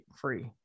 free